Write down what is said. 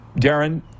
Darren